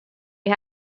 you